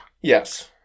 Yes